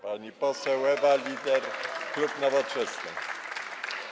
Pani poseł Ewa Lieder, klub Nowoczesna.